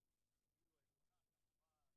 היום ה-21 בנובמבר